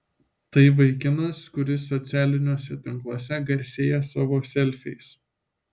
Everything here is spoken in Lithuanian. tai vaikinas kuris socialiniuose tinkluose garsėja savo selfiais